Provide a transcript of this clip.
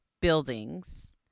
buildings